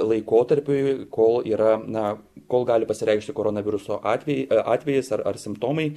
laikotarpiui kol yra na kol gali pasireikšti koronaviruso atvejai atvejis ar ar simptomai